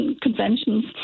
conventions